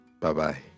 Bye-bye